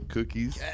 Cookies